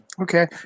Okay